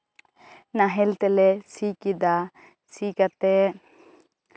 ᱱᱟᱦᱮᱞ ᱛᱮᱞᱮ ᱥᱤ ᱠᱮᱫᱟ ᱥᱤ ᱠᱟᱛᱮᱜ